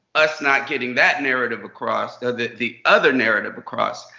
us not getting that narrative across, the the other narrative across,